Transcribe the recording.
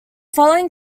following